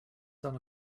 son